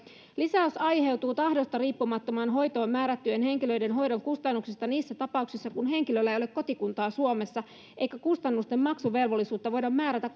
lisäys aiheutuu tahdosta riippumattomaan hoitoon määrättyjen henkilöiden hoidon kustannuksista niissä tapauksissa kun henkilöllä ei ole kotikuntaa suomessa eikä kustannusten maksuvelvollisuutta voida määrätä